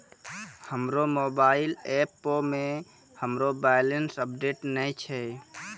हमरो मोबाइल एपो मे हमरो बैलेंस अपडेट नै छै